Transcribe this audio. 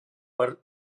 per